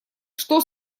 что